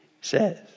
says